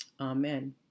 Amen